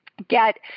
get